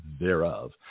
thereof